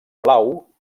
blau